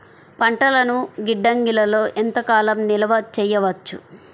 పంటలను గిడ్డంగిలలో ఎంత కాలం నిలవ చెయ్యవచ్చు?